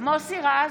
מוסי רז,